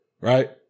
right